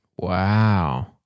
Wow